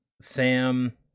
Sam